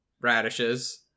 radishes